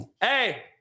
Hey